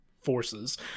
forces